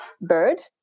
bird